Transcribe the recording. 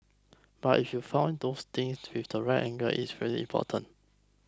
but if you found those things with the right angle it's really important